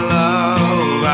love